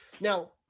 Now